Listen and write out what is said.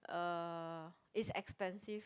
um it's expensive